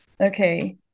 Okay